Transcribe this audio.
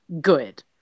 good